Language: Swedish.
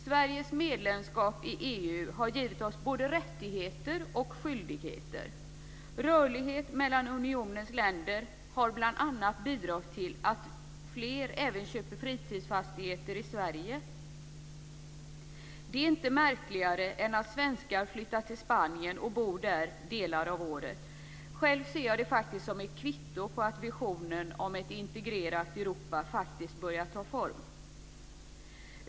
Sveriges medlemskap i EU har givit oss både rättigheter och skyldigheter. Rörligheten mellan unionens länder har bl.a. bidragit till att fler även köper fritidsfastigheter i Sverige. Det är inte märkligare än att svenskar flyttar till Spanien och bor där delar av året. Själv ser jag det faktiskt som ett kvitto på att visionen om ett integrerat Europa faktiskt börjar ta form.